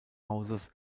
hauses